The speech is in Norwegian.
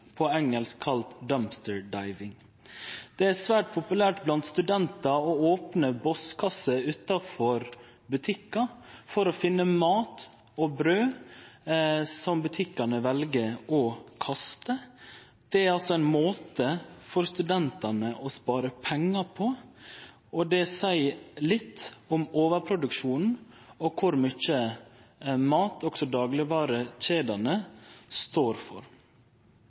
på engelsk kalla «dumpster diving». Det er svært populært blant studentar å opne bosskasser utanfor butikkar for å finne mat og brød som butikkane vel å kaste. Dette er altså ein måte for studentane å spare pengar på, og det seier litt om overproduksjonen og om kor mykje mat dagligvarekjedene står for.